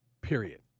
period